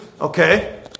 Okay